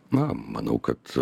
na manau kad